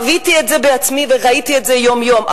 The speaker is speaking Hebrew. חוויתי את זה בעצמי וראיתי את זה יום-יום.